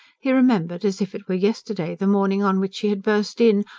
he remembered, as if it were yesterday, the morning on which she had burst in,